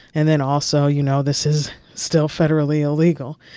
and then also, you know, this is still federally illegal.